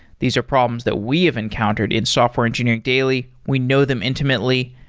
these are problems that we have encountered in software engineering daily. we know them intimately,